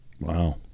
Wow